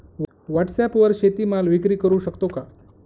व्हॉटसॲपवर शेती माल विक्री करु शकतो का?